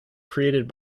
created